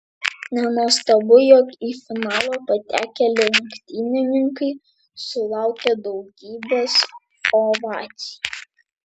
nenuostabu jog į finalą patekę lenktynininkai sulaukė daugybės ovacijų